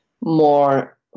more